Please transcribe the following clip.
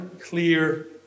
clear